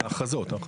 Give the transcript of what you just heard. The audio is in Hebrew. המה?